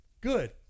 good